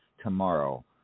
tomorrow